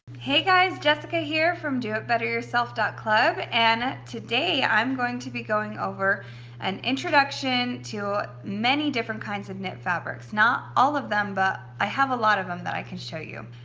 hey guys, jessica here from doitbetteryourself club, and today i'm going to be going over an introduction to many different kinds of knit fabrics, not all of them, but i have a lot of them that i can show you.